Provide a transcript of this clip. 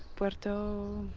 puerto.